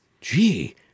Gee